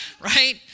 right